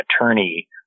attorney